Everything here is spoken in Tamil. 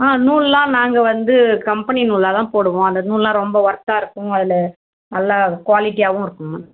ஆ நூல்லாம் நாங்கள் வந்து கம்பெனி நூலாக தான் போடுவோம் அந்த நூல்லாம் ரொம்ப ஒர்த்தாக இருக்கும் அதில் நல்ல குவாலிட்டியாவும் இருக்கும்